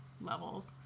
levels